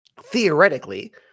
Theoretically